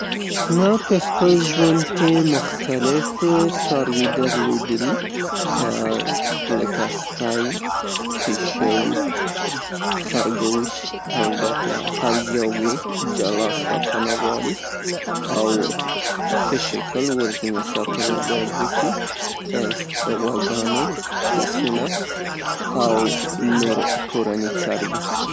ما په خپل ژوند کې مختلف څاروي درلودلي، لکه سپی، پیشو، خرګوش البته هر یو یې جلا ساتنه غواړي او په ښه شکل باید ساتنه ورنه وشي. غواګانې، پسونه او نور کورني څاروي.